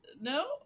No